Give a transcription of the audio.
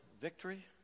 victory